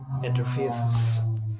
interfaces